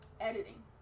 editing